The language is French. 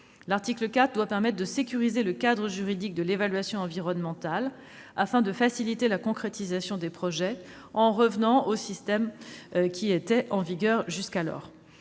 L'article 4 doit permettre de sécuriser le cadre juridique de l'évaluation environnementale, afin de faciliter la concrétisation des projets en revenant au système en vigueur jusqu'alors.